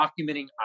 documenting